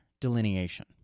delineation